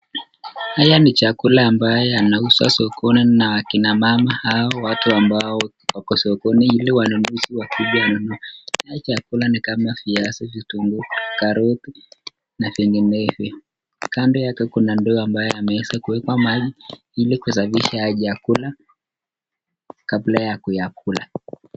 haya ni chakula ambaye yanauzwa sokoni na akina mama, hao watu ambao wako sokoni iliwanunuzi wakuje wakanunue chakula ni kama viazi, vitungu, karoti na vingenevyo kando yake kuna ndoo ambaye amewezwa kuwekwa maji ilikusafisha chakula kabla ya kuyakula.